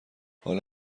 حالا